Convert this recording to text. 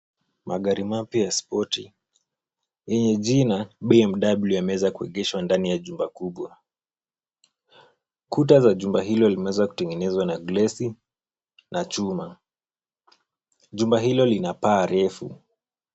Magari mapya ya spoti yenye jina BMW yameweza kuegeshwa ndani ya jumba kubwa. Kuta za jumba hilo zimeweza kutengenezwa na glesi na chuma. Jumba hilo lina paa refu.